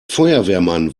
feuerwehrmann